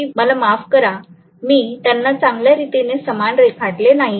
मला माफ करा मी त्यांना चांगल्या रीतीने समान रेखाटले नाहीये